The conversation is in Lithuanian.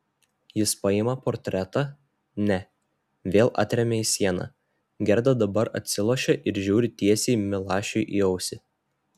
jis paima portretą ne vėl atremia į sieną gerda dabar atsilošia ir žiūri tiesiai milašiui į ausį